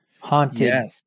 haunted